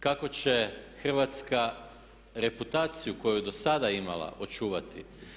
Kako će Hrvatska reputaciju koju je do sada imala očuvati?